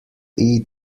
eat